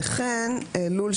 לול,